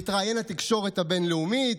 להתראיין לתקשורת הבין-לאומית,